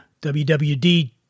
WWD